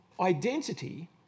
identity